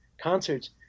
concerts